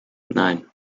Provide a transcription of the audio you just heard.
nein